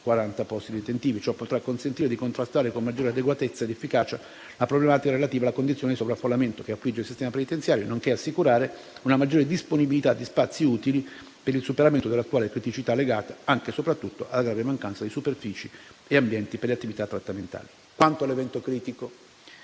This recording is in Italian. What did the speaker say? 640 posti detentivi; ciò consentirà di contrastare con maggiore adeguatezza ed efficacia la problematica relativa alla condizione di sovraffollamento che affligge il sistema penitenziario, nonché di assicurare una maggiore disponibilità di spazi utili per il superamento dell'attuale criticità legata, anche e soprattutto, alla grave mancanza di superfici e ambienti per le attività trattamentali. Quanto all'evento critico